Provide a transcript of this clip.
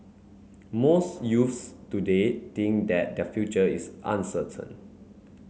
most youths today think that their future is uncertain